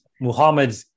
Muhammad